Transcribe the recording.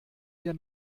ihr